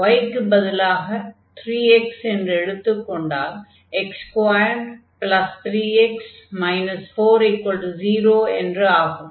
y க்குப் பதிலாக 3x என்று எடுத்துக் கொண்டால் x23x 40 என்று ஆகும்